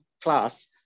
class